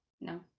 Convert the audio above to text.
No